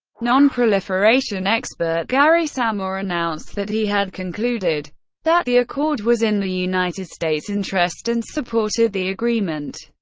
nonproliferation expert gary samore, announced that he had concluded that the accord was in the united states' interest and supported the agreement.